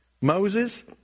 Moses